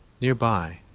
Nearby